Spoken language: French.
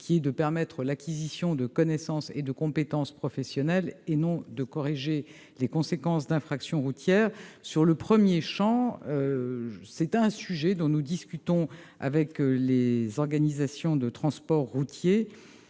qui est de permettre l'acquisition de connaissances et de compétences professionnelles, non de corriger les conséquences d'infractions routières. Quant à la formation continue, c'est un sujet dont nous discutons avec les organisations de transport routier.